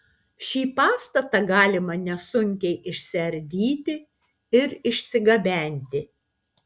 šį pastatą galima nesunkiai išsiardyti ir išsigabenti